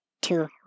two